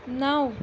نَو